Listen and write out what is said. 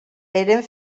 eren